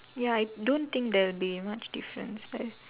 ya I don't think there will be much difference there